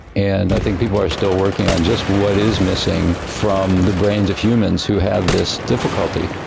and i think people are still working on just what is missing from the brains of humans who have this difficulty.